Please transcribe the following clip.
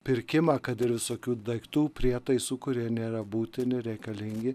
pirkimą kad ir visokių daiktų prietaisų kurie nėra būtini reikalingi